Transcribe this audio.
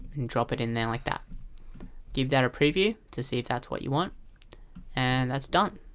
drop it in there like that give that a preview to see if that's what you want and that's done,